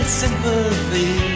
sympathy